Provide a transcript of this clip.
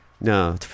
No